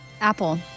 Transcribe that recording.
Apple